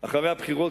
אחרי הבחירות,